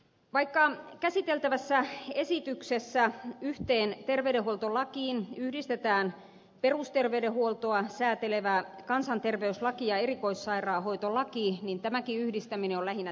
vaikka käsiteltävässä esityksessä yhteen terveydenhuoltolakiin yhdistetään perusterveydenhuoltoa säätelevä kansanterveyslaki ja erikoissairaanhoitolaki niin tämäkin yhdistäminen on lähinnä teknistä